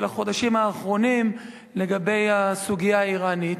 החודשים האחרונים לגבי הסוגיה האירנית.